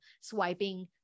swiping